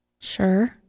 Sure